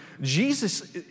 Jesus